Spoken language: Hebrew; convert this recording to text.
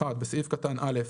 (1)בסעיף קטן (א),